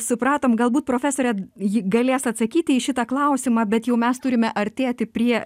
supratom galbūt profesorė ji galės atsakyti į šitą klausimą bet jau mes turime artėti prie